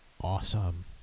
awesome